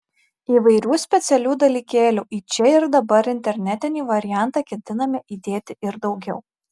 įvairių specialių dalykėlių į čia ir dabar internetinį variantą ketiname įdėti ir daugiau